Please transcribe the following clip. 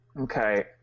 Okay